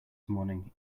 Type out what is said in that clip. morning